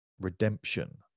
redemption